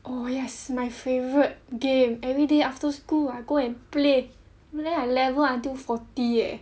yes my favorite game every day after school I go and play then I level until forty leh